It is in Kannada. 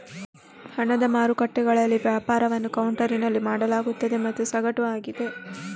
ಹಣದ ಮಾರುಕಟ್ಟೆಗಳಲ್ಲಿ ವ್ಯಾಪಾರವನ್ನು ಕೌಂಟರಿನಲ್ಲಿ ಮಾಡಲಾಗುತ್ತದೆ ಮತ್ತು ಸಗಟು ಆಗಿದೆ